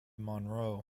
monroe